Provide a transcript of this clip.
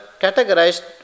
categorized